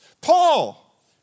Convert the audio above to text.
Paul